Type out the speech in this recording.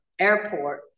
airport